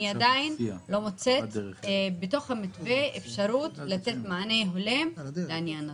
עדיין לא מוצאת בתוך המתווה אפשרות לתת מענה הולם לעניין הזה.